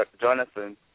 Jonathan